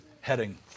heading